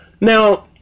Now